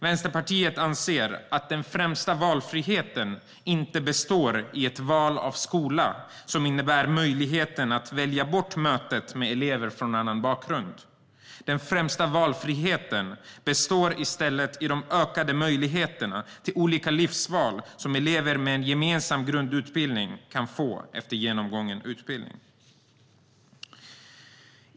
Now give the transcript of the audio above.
Vänsterpartiet anser att den främsta valfriheten inte består i ett val av skola som innebär möjligheten att välja bort mötet med elever från annan bakgrund. Den främsta valfriheten består i stället i de ökade möjligheterna till olika livsval som elever med en gemensam grundutbildning kan få efter genomgången utbildning.